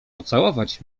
pocałować